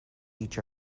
each